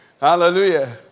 Hallelujah